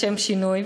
לשם שינוי,